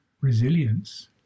resilience